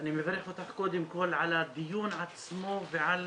אני מברך אותך קודם כל על הדיון עצמו ועל